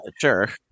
sure